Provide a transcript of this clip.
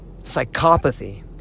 psychopathy